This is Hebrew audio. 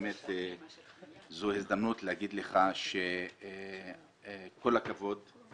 באמת, זו הזדמנות להגיד לך כל הכבוד.